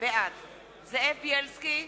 בעד זאב בילסקי,